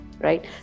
right